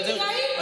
נו, ראיתי, ראיתי.